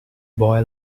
boy